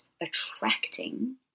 attracting